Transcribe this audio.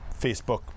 Facebook